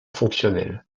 fonctionnels